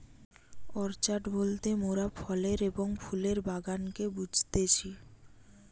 orchard বলতে মোরাফলের এবং ফুলের বাগানকে বুঝতেছি